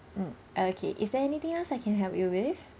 mm okay is there anything else I can help you with